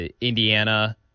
Indiana